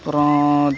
அப்புறம்